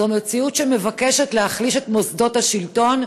זו מציאות שמבקשת להחליש את מוסדות השלטון,